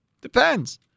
Depends